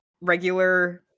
regular